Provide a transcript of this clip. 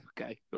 okay